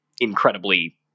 incredibly